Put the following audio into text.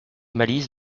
malice